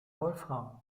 wolfram